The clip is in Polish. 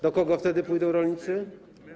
Do kogo wtedy pójdą rolnicy?